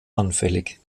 anfällig